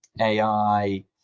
AI